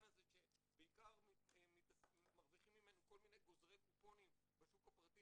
הזה שבעיקר מרוויחים ממנו כל מיני גוזרי קופונים בשוק הפרטי